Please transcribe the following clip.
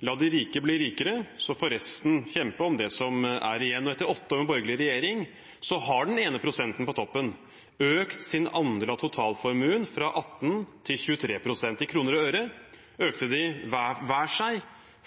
La de rike blir rikere, så får resten kjempe om det som er igjen. Etter åtte år med borgerlig regjering har den ene prosenten på toppen økt sin andel av totalformuen fra 18 pst. til 23 pst. I kroner og øre økte de hver seg